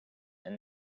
and